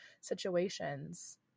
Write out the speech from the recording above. situations